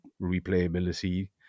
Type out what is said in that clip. replayability